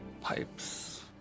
Pipes